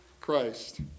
christ